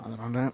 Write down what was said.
அதனால்